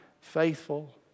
faithful